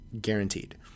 guaranteed